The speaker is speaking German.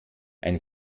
ein